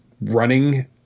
running